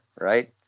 Right